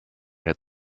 had